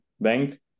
bank